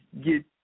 get